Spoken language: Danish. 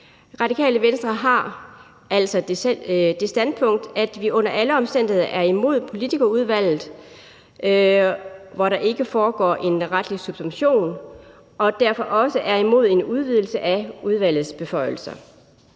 Radikale Venstre har altså det standpunkt, at vi under alle omstændigheder er imod politikerudvalget, hvor der ikke foregår en retlig subsumption, og derfor også er imod en udvidelse af udvalgets beføjelser.